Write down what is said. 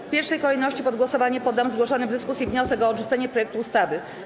W pierwszej kolejności pod głosowanie poddam zgłoszony w dyskusji wniosek o odrzucenie projektu ustawy.